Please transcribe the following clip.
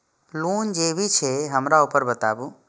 Loan जे भी छे हमरा ऊपर बताबू?